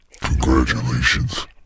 Congratulations